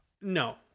No